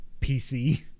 PC